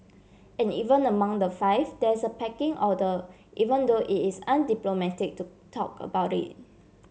and even among the five there is a pecking order even though it is undiplomatic to talk about it